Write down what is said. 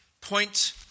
Point